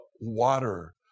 water